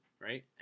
right